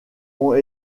ont